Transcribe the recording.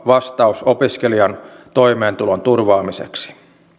vastaus opiskelijan toimeentulon turvaamiseksi